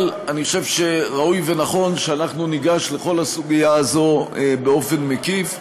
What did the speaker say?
אבל אני חושב שראוי ונכון שאנחנו ניגש לכל הסוגיה הזו באופן מקיף בהמשך.